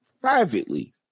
privately